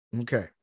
Okay